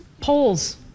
Polls